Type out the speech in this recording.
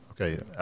Okay